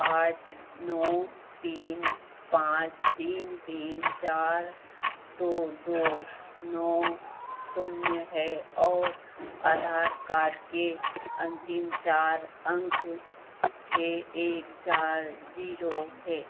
आठ नौ तीन पाँच तीन तीन चार दो दो नौ शून्य है और आधार कार्ड के अन्तिम चार अंक छह एक चार ज़ीरो है